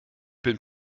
bin